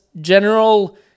general